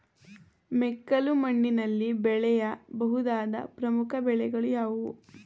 ಮೆಕ್ಕಲು ಮಣ್ಣಿನಲ್ಲಿ ಬೆಳೆಯ ಬಹುದಾದ ಪ್ರಮುಖ ಬೆಳೆಗಳು ಯಾವುವು?